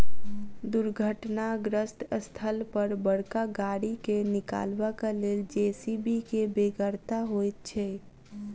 दुर्घटनाग्रस्त स्थल पर बड़का गाड़ी के निकालबाक लेल जे.सी.बी के बेगरता होइत छै